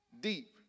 deep